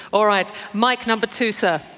all right. mike, number two, sir.